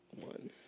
one